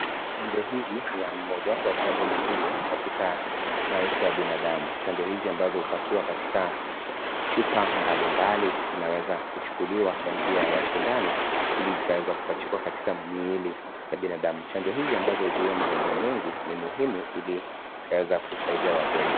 Chanjo hizi niya mojawapo ya chanjo muhimu katika maisha ya binadamu chanjo hizi ambazo hupakiwa katika chupa mbalimbali zinaweza kuchukuliwa kwanjia ya shindano ilizikaweze kupachikwa katika miili ya binadamu chanjo hizi ambazo huzuia magonjwa mengi ni muhimu ilizikaweze kuwasaidia wagonjwa.